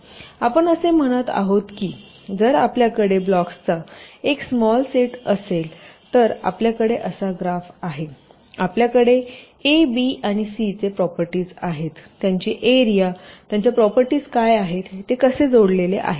तर आपण असे म्हणत आहोत की जर आपल्याकडे ब्लॉक्सचा एक स्माल सेट असेल तर आपल्याकडे असा ग्राफ आहे आपल्याकडे a b आणि c चे प्रॉपर्टीस आहेत त्यांची एरिया आणि त्यांचे प्रॉपर्टीस काय आहेत ते कसे जोडलेले आहेत